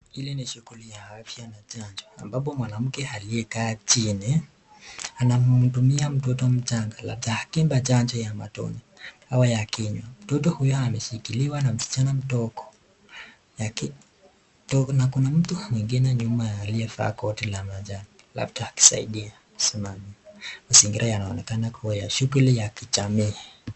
Hili ni shuguli ya afya na chanjo ambapo mwanamke aliyekaa chini anamhudumia mtoto mchanga taakimba chache ya matoni dawa yake. Mtoto huyo ameshikiliwa na msichana mdogo na mtu mwimgine nyuma alivaa koti la manjano labda akisaidia kusimama. Mazingira yanaonekana ya shuguli ya kijamii.